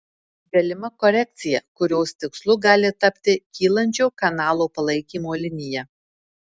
galima korekcija kurios tikslu gali tapti kylančio kanalo palaikymo linija